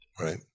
Right